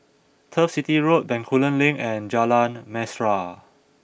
Turf City Road Bencoolen Link and Jalan Mesra